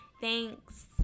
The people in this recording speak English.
Thanks